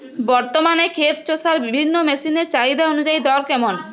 বর্তমানে ক্ষেত চষার বিভিন্ন মেশিন এর চাহিদা অনুযায়ী দর কেমন?